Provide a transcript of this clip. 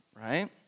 right